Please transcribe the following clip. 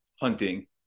hunting